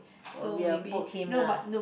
will be a poke him lah